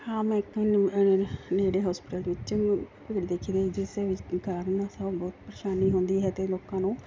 ਹਾਂ ਮੈਂ ਨੇੜੇ ਹੋਸਪਿਟਲ ਵਿੱਚ ਭੀੜ ਦੇਖੀ ਸੀ ਜਿਸ ਦੇ ਕਾਰਨ ਸਭ ਬਹੁਤ ਪਰੇਸ਼ਾਨੀ ਹੁੰਦੀ ਹੈ ਅਤੇ ਲੋਕਾਂ ਨੂੰ